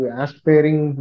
aspiring